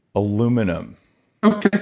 aluminum okay,